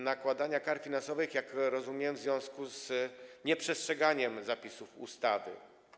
Nakładania kar finansowych, jak rozumiem, w związku z nieprzestrzeganiem zapisów ustawy.